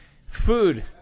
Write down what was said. food